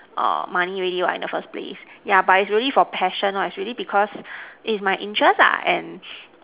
err money really work in the first place but it's really for passion actually because its my interest lah and